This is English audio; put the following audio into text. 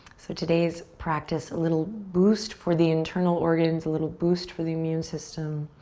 so today's practice, a little boost for the internal organs, a little boost for the immune system.